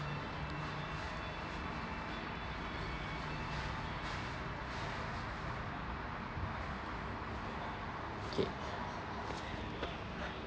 K